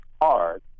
hard